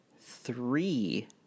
three